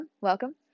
welcome